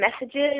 messages